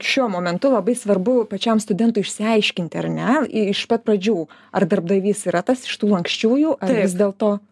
šiuo momentu labai svarbu pačiam studentui išsiaiškinti ar ne iš pat pradžių ar darbdavys yra tas iš tų lanksčiųjų vis dėlto